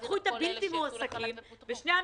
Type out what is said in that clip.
לקחו את הבלתי מועסקים משני המגזרים,